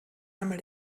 einmal